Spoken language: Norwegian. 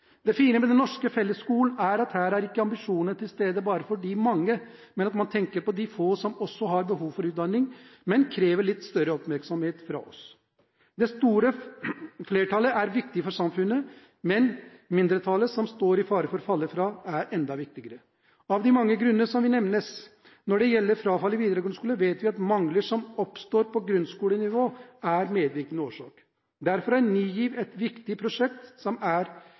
Det fine med den norske fellesskolen, er at her er ambisjonene til stede, ikke bare for de mange, men man tenker også på de få som også har behov for utdanning, men som krever litt større oppmerksomhet. Det store flertallet er viktig for samfunnet, men mindretallet som står i fare for å falle fra, er enda viktigere. Av de mange grunner som nevnes når det gjelder frafall i videregående skole, vet vi at mangler som oppstår på grunnskolenivå, er medvirkende årsak. Derfor er Ny GIV et viktig prosjekt.